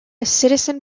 citizen